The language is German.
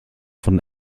von